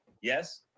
yes